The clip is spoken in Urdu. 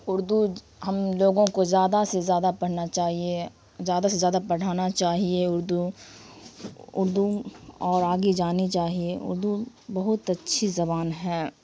اردو ہم لوگوں کو زیادہ سے زیادہ پڑھنا چاہیے زیادہ سے زیادہ پڑھانا چاہیے اردو اردو اور آگے جانی چاہیے اردو بہت اچھی زبان ہے